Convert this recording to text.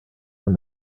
from